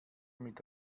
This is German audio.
mit